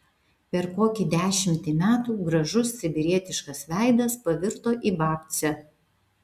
per kokį dešimtį metų gražus sibirietiškas veidas pavirto į babcę